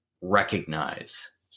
recognize